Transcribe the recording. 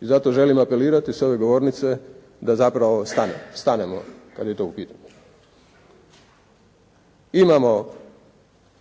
I zato želim apelirati sa ove govornice da zapravo stanemo kada je to u pitanju. Imamo